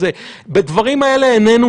המל"ל הוא לא